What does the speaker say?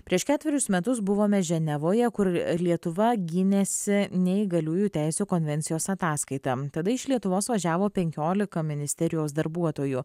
prieš ketverius metus buvome ženevoje kur lietuva gynėsi neįgaliųjų teisių konvencijos ataskaita tada iš lietuvos važiavo penkiolika ministerijos darbuotojų